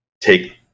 take